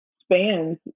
spans